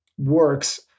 works